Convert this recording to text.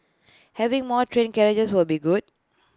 having more train carriages will be good